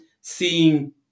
seeing